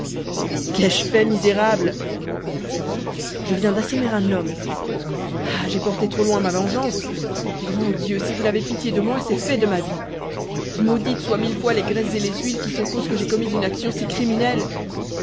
qu'ai-je fait misérable dit-il je viens d'assommer un homme ah j'ai porté trop loin ma vengeance grand dieu si vous n'avez pitié de moi c'est fait de ma vie maudites soient mille fois les graisses et les huiles qui sont cause que j'ai commis une action si criminelle